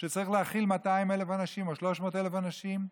שצריך להכיל 200,000 אנשים או 300,000 אנשים,